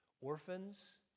orphans